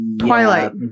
twilight